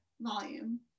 volume